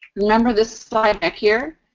remember this slide back here?